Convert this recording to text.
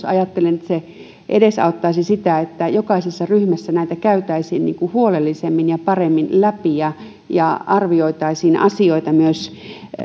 ajattelen että tämmöinen käsittelymuutos edesauttaisi sitä että jokaisessa ryhmässä näitä käytäisiin huolellisemmin ja paremmin läpi ja ja arvioitaisiin asioita